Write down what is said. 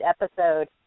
episode